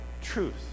Truth